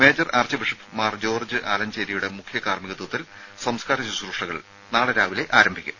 major archbishop Mar George ആലഞ്ചേരിയുടെ മുഖ്യ കാർമ്മികത്വത്തിൽ സംസ്കാര ശുശ്രൂഷകൾ നാളെ രാവിലെ ആരംഭിക്കും